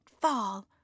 fall